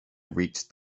reached